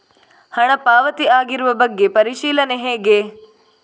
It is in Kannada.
ಹಣ ಪಾವತಿ ಆಗಿರುವ ಬಗ್ಗೆ ಪರಿಶೀಲನೆ ಹೇಗೆ?